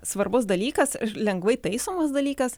svarbus dalykas lengvai taisomas dalykas